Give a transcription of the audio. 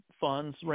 funds